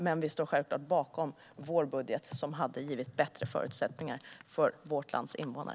Men vi står självklart bakom vår budget, som hade givit bättre förutsättningar för vårt lands invånare.